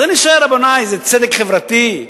אז אני שואל, רבותי, זה צדק חברתי?